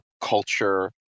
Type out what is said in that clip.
culture